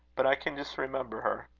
but i can just remember her.